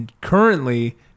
currently